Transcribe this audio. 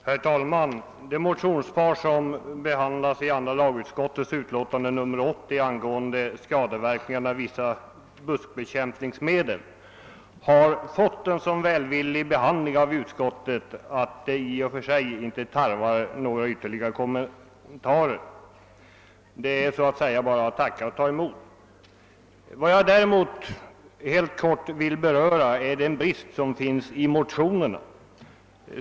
Herr talman! Det motionspar som behandlas i andra lagutskottets utlåtande nr 80 angående skadeverkningarna av vissa buskbekämpningsmedel har fått en sådan välvillig handläggning av utskottet att det i och för sig inte tarvar några ytterligare kommentarer. Det är bara att tacka och ta emot. Vad jag däremot helt kort vill beröra är den brist som finns i motionerna.